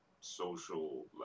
social